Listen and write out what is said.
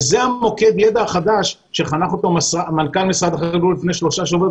וזה מוקד הידע החדש שחנך אותו מנכ"ל משרד החקלאות לפני שלושה שבועות,